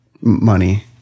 money